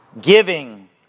giving